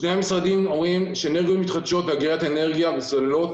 שני המשרדים אומרים שאנרגיות מתחדשות ואגירת אנרגיה וסוללות,